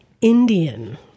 Indian